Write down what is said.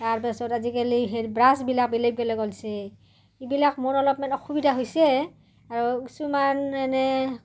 তাৰপাছত আজিকালি ব্ৰাছবিলাক বেলেগ বেলেগ এইবিলাক মোৰ অলপমান অসুবিধা হৈছে আৰু কিছুমান এনে